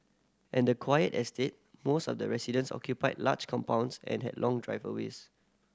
at the quiet estate most of the residences occupied large compounds and had long driveways